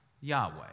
Yahweh